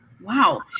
Wow